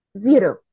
zero